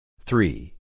three